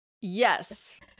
Yes